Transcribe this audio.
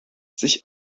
sich